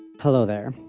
hello there.